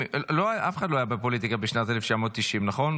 אף אחד לא היה בפוליטיקה בשנת 1990, נכון?